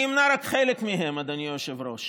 אני אמנה רק חלק מהן, אדוני היושב-ראש: